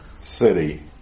city